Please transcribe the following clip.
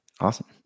Awesome